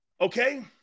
okay